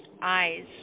eyes